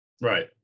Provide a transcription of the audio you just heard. Right